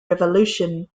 revolution